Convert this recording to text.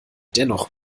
dennoch